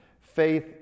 Faith